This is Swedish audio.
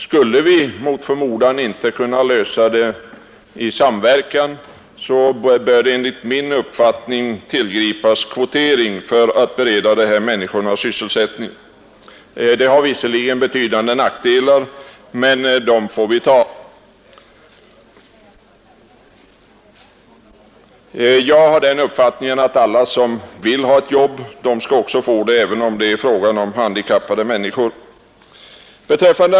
Skulle vi mot förmodan inte kunna göra det i samverkan bör det enligt min uppfattning tillgripas kvotering för att dessa människor skall kunna beredas sysselsättning. En sådan kvotering har visserligen betydande nackdelar, men dem får vi ta. Jag har den uppfattningen att alla som vill ha ett jobb också skall få det; det gäller även handikappade.